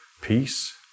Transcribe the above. peace